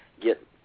get